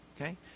Okay